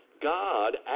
God